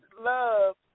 love